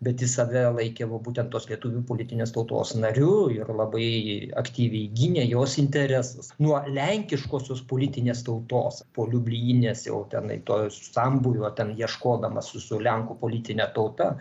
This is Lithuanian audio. bet jis save laikė va būtent tos lietuvių politinės tautos nariu ir labai aktyviai gynė jos interesus nuo lenkiškosios politinės tautos po liublijinės jau tenai to sambūrio ten ieškodamas su lenkų politine tauta